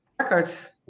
records